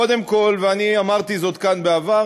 קודם כול ואמרתי זאת כאן בעבר,